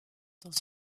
dans